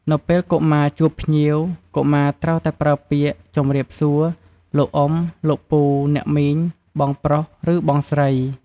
នៅពេលកុមារជួបភ្ញៀវ កុមារត្រូវតែប្រើពាក្យ ជម្រាបសួរ លោកអ៊ុំ លោកពូ អ្នកមីង បងប្រុសឬបងស្រី។